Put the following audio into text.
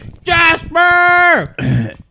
Jasper